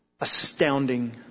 astounding